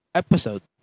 episode